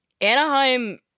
Anaheim